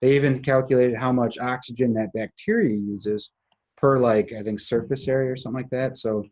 they even calculated how much oxygen that bacteria uses per, like, i think surface area or something like that. so